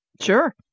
Sure